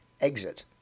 exit